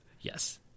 Yes